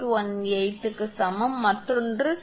18 க்கு சமம் மற்றொன்று −1